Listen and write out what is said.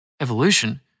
Evolution